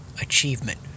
achievement